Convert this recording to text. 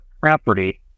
property